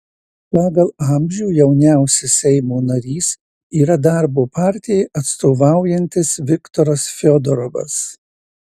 pagal amžių jauniausias seimo narys yra darbo partijai atstovaujantis viktoras fiodorovas